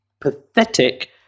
pathetic